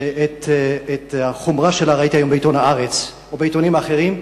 שאת החומרה שלה ראיתי היום בעיתון "הארץ" או בעיתונים אחרים.